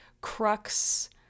crux